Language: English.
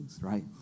right